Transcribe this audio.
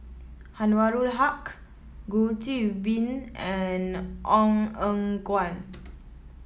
Anwarul Haque Goh Qiu Bin and Ong Eng Guan